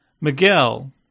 Miguel